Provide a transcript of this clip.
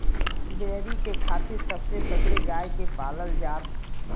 dairy के खातिर सबसे पहिले गाय के पालल जात रहल